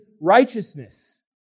righteousness